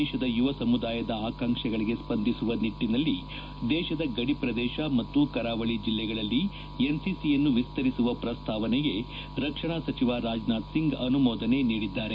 ದೇಶದ ಯುವ ಸಮುದಾಯದ ಆಕಾಂಕ್ಷೆಗಳಿಗೆ ಸ್ಸಂದಿಸುವ ನಿಟ್ಟಿನಲ್ಲಿ ದೇಶದ ಗಡಿ ಪ್ರದೇಶ ಮತ್ತು ಕರಾವಳಿ ಜಿಲ್ಲೆಗಳಲ್ಲಿ ಎನ್ಸಿಸಿಯನ್ನು ವಿಸ್ತರಿಸುವ ಪ್ರಸ್ತಾವನೆಗೆ ರಕ್ಷಣಾ ಸಚಿವ ರಾಜನಾಥ್ ಸಿಂಗ್ ಅವರು ಅನುಮೋದನೆ ನೀಡಿದ್ದಾರೆ